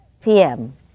PM